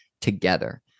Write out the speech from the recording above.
together